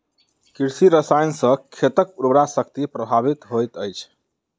कृषि रसायन सॅ खेतक उर्वरा शक्ति प्रभावित होइत अछि